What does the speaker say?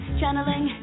channeling